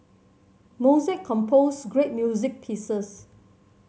Mozart composed great music pieces